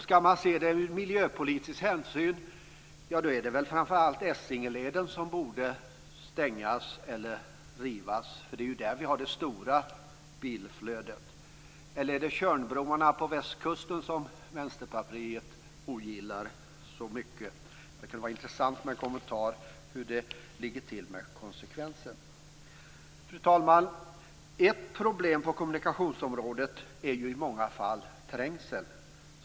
Skall man se det från miljöpolitiska hänsyn är det framför allt Essingeleden som borde stängas eller rivas, därför att det är där vi har det stora bilflödet. Eller är det Tjörnbroarna på västkusten som Vänsterpartiet ogillar så mycket? Det kunde vara intressant med en kommentar till hur det ligger till med konsekvensen. Ett problem på kommunikationsområdet är i många fall trängseln.